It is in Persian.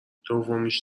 دومیش